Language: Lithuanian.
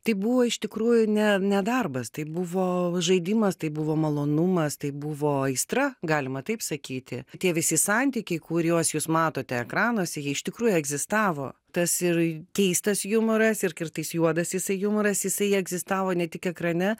tai buvo iš tikrųjų ne ne darbas tai buvo žaidimas tai buvo malonumas tai buvo aistra galima taip sakyti tie visi santykiai kuriuos jūs matote ekranuose jie iš tikrųjų egzistavo tas ir keistas jumoras ir kartais juodas jisai jumoras jisai egzistavo ne tik ekrane